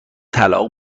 طلاق